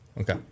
Okay